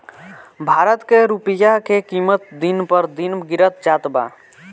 भारत के रूपया के किमत दिन पर दिन गिरत जात बा